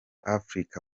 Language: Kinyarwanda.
africa